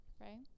right